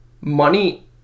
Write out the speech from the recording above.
money